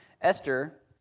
Esther